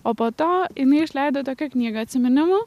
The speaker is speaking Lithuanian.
o po to jinai išleido tokią knygą atsiminimų